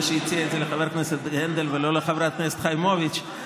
שהציע את זה לחבר הכנסת הנדל ולא לחברת הכנסת חיימוביץ',